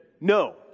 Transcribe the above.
No